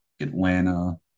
Atlanta